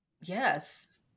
Yes